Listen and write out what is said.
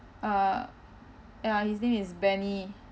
uh ya his name is benny